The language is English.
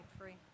free